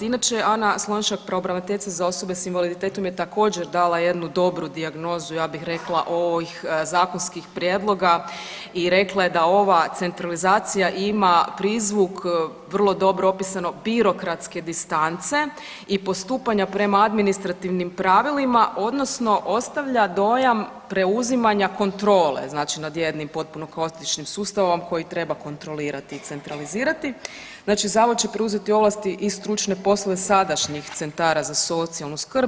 Inače Anka Slonjšak pravobraniteljica za osobe s invaliditetom je također dala jednu dobru dijagnozu ja bih rekla ovih zakonskih prijedloga i rekla je da ova centralizacija ima prizvuk vrlo dobro opisano birokratske distance i postupanja prema administrativnim pravilima odnosno ostavlja dojam preuzimanja kontrole znači nad jednim potpuno klasičnim sustavom koji treba kontrolirati i centralizirati, znači zavod će preuzeti ovlasti i stručne poslove sadašnjih centara za socijalnu skrb.